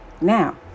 Now